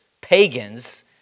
pagans